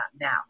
now